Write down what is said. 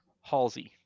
Halsey